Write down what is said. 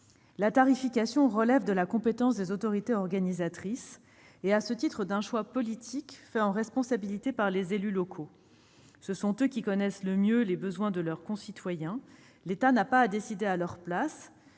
La tarification relève de la compétence des autorités organisatrices de la mobilité et, à ce titre, d'un choix politique fait en responsabilité par les élus locaux. Ce sont eux qui connaissent le mieux les besoins de leurs concitoyens, si bien que l'État n'a pas à décider à leur place.